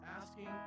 asking